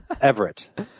Everett